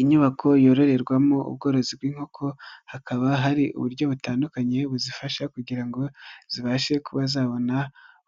Inyubako yororerwamo ubworozi bw'inkoko hakaba hari uburyo butandukanye buzifasha kugira ngo zibashe kuba zabona